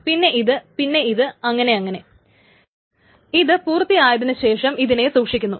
പിന്നെ ഇത് പിന്നെ ഇത് അങ്ങനെ അങ്ങനെ ഇത് പൂർത്തിയായതിനുശേഷം ഇതിനെ സൂക്ഷിക്കുന്നു